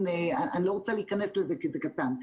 אני לא רוצה להיכנס לזה כי זה קטן.